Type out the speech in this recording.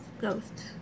ghosts